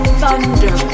thunder